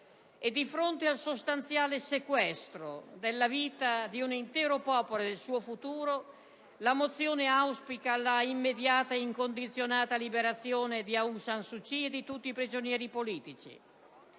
Di fronte al sostanziale sequestro della vita di un intero popolo e del suo futuro, la mozione auspica l'immediata e incondizionata liberazione di Aung San Suu Kyi e di tutti i prigionieri politici,